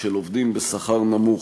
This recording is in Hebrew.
של עובדים בשכר נמוך.